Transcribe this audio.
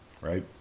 Right